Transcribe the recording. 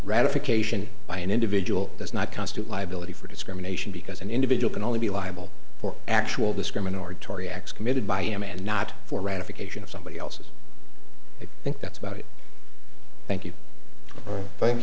ratification by an individual does not constitute liability for discrimination because an individual can only be liable for actual discriminatory tory acts committed by him and not for ratification of somebody else's i think that's about it thank you thank